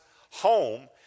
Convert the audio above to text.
home